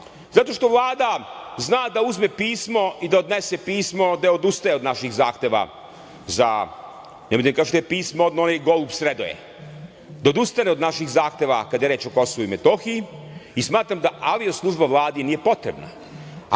zato što Vlada zna da uzme pismo i da odnese pismo da odustaje od naših zahteva za, nemojte da kažete pismo, odneo onaj golub Sredoje, da odustane od naših zahteva kada je reč o KiM, i smatram da avio služba Vladi nije potrebna.Za